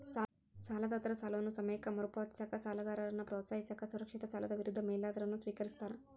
ಸಾಲದಾತರ ಸಾಲವನ್ನ ಸಮಯಕ್ಕ ಮರುಪಾವತಿಸಕ ಸಾಲಗಾರನ್ನ ಪ್ರೋತ್ಸಾಹಿಸಕ ಸುರಕ್ಷಿತ ಸಾಲದ ವಿರುದ್ಧ ಮೇಲಾಧಾರವನ್ನ ಸ್ವೇಕರಿಸ್ತಾರ